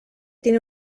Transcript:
tiene